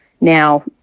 now